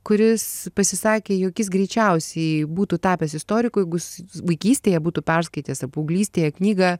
kuris pasisakė jog jis greičiausiai būtų tapęs istoriku jeigu jis vaikystėje būtų perskaitęs ar paauglystėje knygą